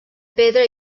pedra